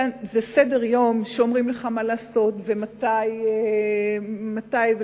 זה סדר-יום שבו אומרים לך מה לעשות ומתי ללכת